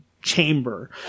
chamber